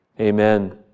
Amen